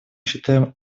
считаем